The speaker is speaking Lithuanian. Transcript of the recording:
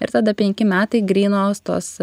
ir tada penki metai grynos tos